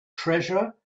treasure